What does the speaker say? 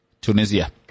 Tunisia